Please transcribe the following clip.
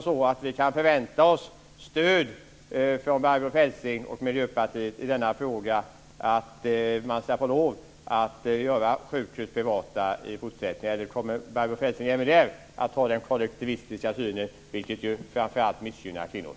Kan vi förvänta oss stöd från Barbro Feltzing och Miljöpartiet i fråga om att man ska få lov att göra sjukhus privata i fortsättningen, eller kommer Barbro Feltzing även där att ha den kollektivistiska synen, vilket framför allt missgynnar kvinnor?